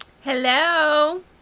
Hello